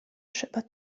trzeba